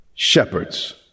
shepherds